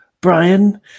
Brian